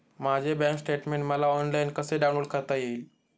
माझे bank statement मला online कसे डाउनलोड करता येईल?